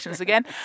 again